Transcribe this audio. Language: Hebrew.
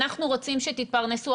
אנחנו רוצים שתתפרנסו,